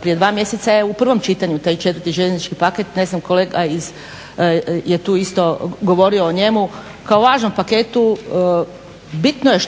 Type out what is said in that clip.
Prije 2 mjeseca je u prvom čitanju taj 4. željeznički paket ne znam kolega je tu isto govorio o njemu kao o važnom paketu. Bitno je